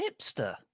hipster